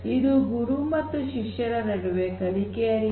ಇದು ಗುರು ಮತ್ತು ಶಿಷ್ಯರ ನಡುವೆ ಕಲಿಕೆಯ ರೀತಿ